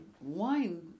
wine